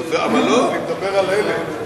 לא, אני מדבר על אלה.